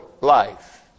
life